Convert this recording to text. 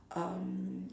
um